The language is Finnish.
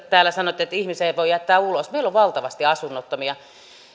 täällä sanottiin että ihmisiä ei voi jättää ulos meillä on valtavasti asunnottomia